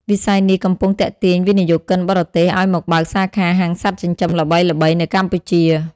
វិស័យនេះកំពុងទាក់ទាញវិនិយោគិនបរទេសឱ្យមកបើកសាខាហាងសត្វចិញ្ចឹមល្បីៗនៅកម្ពុជា។